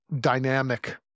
dynamic